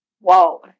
wow